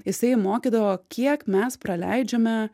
jisai mokydavo kiek mes praleidžiame